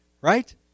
Right